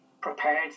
prepared